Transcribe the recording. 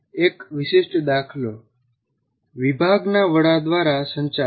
એક વિશિષ્ટ દાખલો વિભાગના વડા દ્વારા સંચાલન